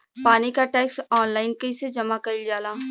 पानी क tax online कईसे जमा कईल जाला?